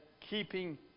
keeping